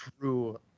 true